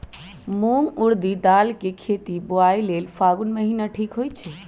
मूंग ऊरडी दाल कें खेती बोआई लेल फागुन महीना ठीक होई छै